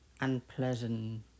unpleasant